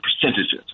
percentages